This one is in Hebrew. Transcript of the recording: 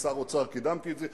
כשר אוצר קידמתי את זה.